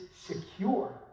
secure